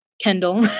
Kendall